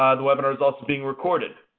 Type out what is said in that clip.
ah the webinar is also being recorded.